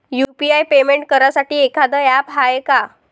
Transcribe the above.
UPI payment करासाठी एखांद app हाय का?